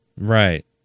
Right